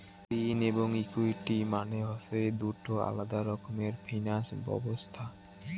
ঋণ এবং ইকুইটি মানে হসে দুটো আলাদা রকমের ফিনান্স ব্যবছস্থা